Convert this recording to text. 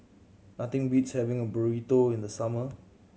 nothing beats having Burrito in the summer